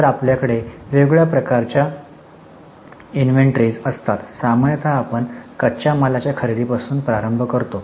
तर आपल्याकडे वेगवेगळ्या प्रकारच्या इन्व्हेंटरीज मालसाठा असतात सामान्यत आपण कच्च्या मालाच्या खरेदी पासून प्रारंभ करतो